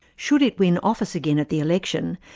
should it win office again at the election,